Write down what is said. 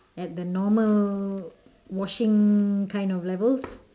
at the normal washing kind of level